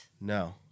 No